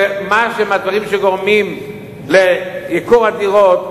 את הדברים שגורמים לייקור הדירות,